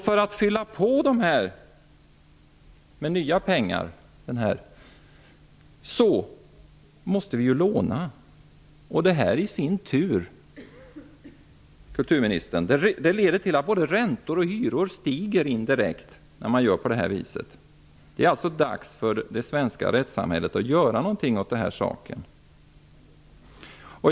För att fylla på med nya pengar måste vi låna, och det, kulturministern, leder i sin tur indirekt till att både räntor och hyror stiger. Det är alltså dags för det svenska rättssamhället att göra något åt saken.